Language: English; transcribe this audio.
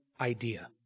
idea